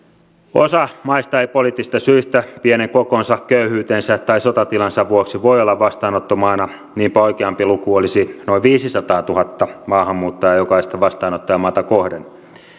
osa maista ei poliittisista syistä pienen kokonsa köyhyytensä tai sotatilansa vuoksi voi olla vastaanottomaana niinpä oikeampi luku olisi noin viisisataatuhatta maahanmuuttajaa jokaista vastaanottajamaata kohden